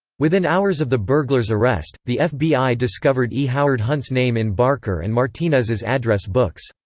within hours of the burglars' arrest, the fbi discovered e. howard hunt's name in barker and martinez's address books.